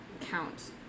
count